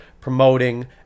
promoting